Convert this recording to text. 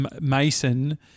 Mason